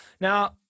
Now